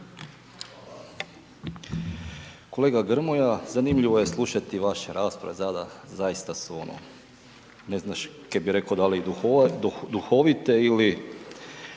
(HDZ)** Kolega Grmoja zanimljivo je slušati vaše rasprave, zaista su ne zaš kaj bi rekao da li duhovite ili